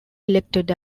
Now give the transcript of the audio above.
elected